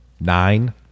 nine